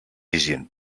asian